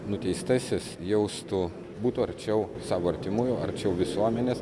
nuteistasis jaustų būtų arčiau savo artimųjų arčiau visuomenės